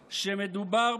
בתקשורת,